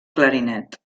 clarinet